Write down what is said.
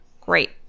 Great